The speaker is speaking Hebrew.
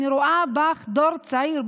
אני רואה בך דור צעיר.